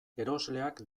erosleak